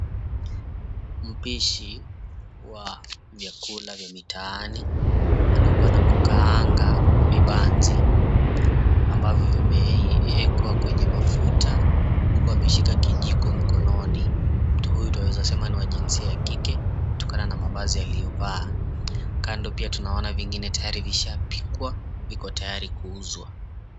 Mpishi wa vyakula vya mitaani anaonekana kukaanga vibanzi, ambavyo vimeekwa kwenye mafuta huku ameshika kijiko mkononi. Mtu huyu twaweza sema ni wajinsia ya kike kutokana na mavazi aliyovaa. Kando pia tunaona vingine tayari vishaapikwa, viko tayari kuuzwa.